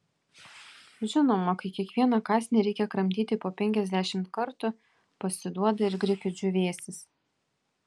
žinoma kai kiekvieną kąsnį reikia kramtyti po penkiasdešimt kartų pasiduoda ir grikių džiūvėsis